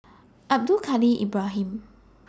Abdul Kadir Ibrahim